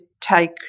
take